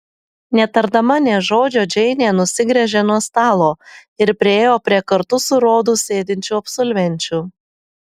netardama nė žodžio džeinė nusigręžė nuo stalo ir priėjo prie kartu su rodu sėdinčių absolvenčių